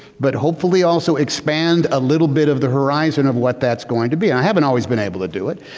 but hopefully also expand a little bit of the horizon of what that's going to be. i haven't always been able to do it.